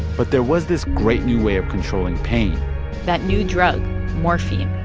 but there was this great, new way of controlling pain that new drug morphine.